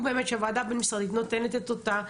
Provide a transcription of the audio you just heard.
באמת שהוועדה הבין משרדית נותנת את אותה,